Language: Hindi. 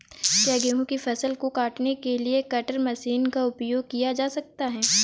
क्या गेहूँ की फसल को काटने के लिए कटर मशीन का उपयोग किया जा सकता है?